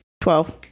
Twelve